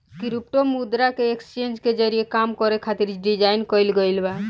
crypto मुद्रा के exchange के जरिए काम करे खातिर डिजाइन कईल गईल बा